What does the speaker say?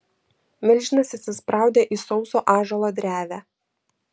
milžinas įsispraudė į sauso ąžuolo drevę